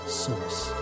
source